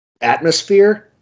atmosphere